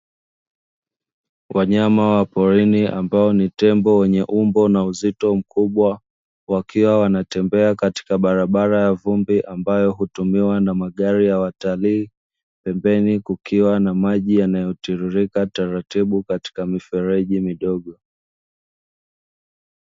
Wanyama wa polini ambao ni tembo wenye umbo na uzito mkubwa wakiwa wanatembea katika barabara ya vumbi, ambayo hutumiwa na magari ya watarii pembeni kukiwa na maji yanayotiririka taratibu katika mifereji midogo.